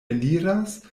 eliras